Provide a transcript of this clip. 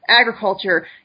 agriculture